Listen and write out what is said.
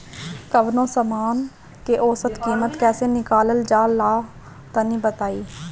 कवनो समान के औसत कीमत कैसे निकालल जा ला तनी बताई?